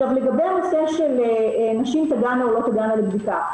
לגבי הנושא של האם נשים תגענה או לא לבדיקה,